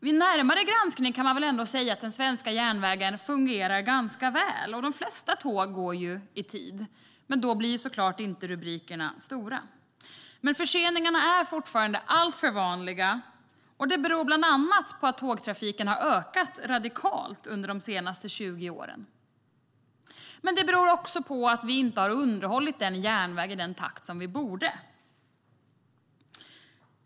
Vid en närmare granskning kan man väl ändå säga att den svenska järnvägen fungerar ganska väl. De flesta tåg går i tid, och då blir såklart inte rubrikerna stora. Men förseningarna är fortfarande alltför vanliga. Det beror bland annat på att tågtrafiken har ökat radikalt under de senaste 20 åren. Men det beror också på att vi inte har underhållit järnvägen i den takt som vi borde.